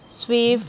swift